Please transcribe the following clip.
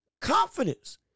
confidence